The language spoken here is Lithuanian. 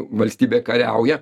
valstybė kariauja